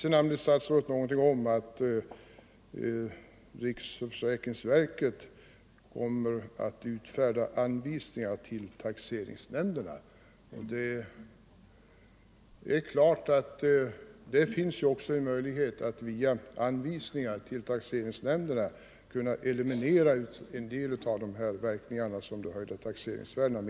Sedan nämnde statsrådet någonting om att riksförsäkringsverket kommer att utfärda anvisningar till taxeringsnämnderna. Det finns naturligtvis också en möjlighet att via anvisningar till taxeringsnämnderna eliminera en del av verkningarna av de höjda taxeringsvärdena.